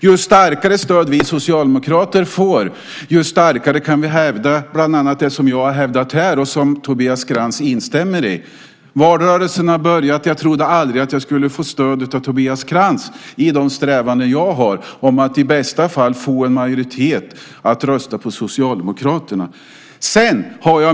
Ju starkare stöd vi socialdemokrater får, desto starkare kan vi hävda det som bland annat jag har hävdat, och som Tobias Krantz instämmer i. Valrörelsen har börjat. Jag trodde aldrig att jag skulle få stöd av Tobias Krantz i mina strävanden att i bästa fall få en majoritet att rösta på Socialdemokraterna.